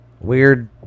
Weird